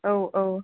औ औ